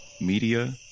Media